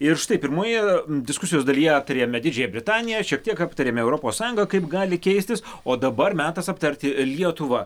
ir štai pirmoje diskusijos dalyje turėjome didžiąją britaniją šiek tiek aptarėme europos sąjungą kaip gali keistis o dabar metas aptarti lietuvą